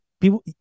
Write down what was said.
People